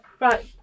Right